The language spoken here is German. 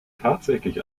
tatsächlich